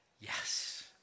yes